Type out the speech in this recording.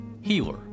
healer